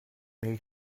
made